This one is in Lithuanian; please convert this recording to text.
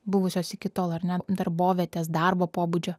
buvusios iki tol ar ne darbovietės darbo pobūdžio